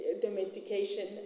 domestication